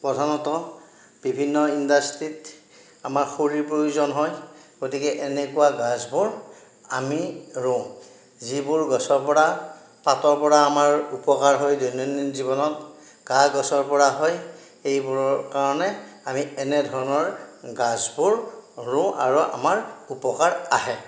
প্ৰধানত বিভিন্ন ইণ্ডাষ্ট্ৰীত আমাৰ খৰিৰ প্ৰয়োজন হয় গতিকে এনেকুৱা গাছবোৰ আমি ৰোওঁ যিবোৰ গছৰ পৰা পাতৰ পৰা আমাৰ উপকাৰ হয় দৈনন্দিন জীৱনত গা গছৰ পৰা হয় এইবোৰৰ কাৰণে আমি এনেধৰণৰ গাছবোৰ ৰোওঁ আৰু আমাৰ উপকাৰ আহে